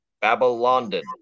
Babylonian